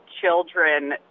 children